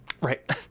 Right